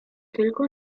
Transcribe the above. tylko